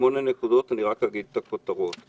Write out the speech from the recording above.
שמונה נקודות, אני רק אגיד את הכותרות שלהן.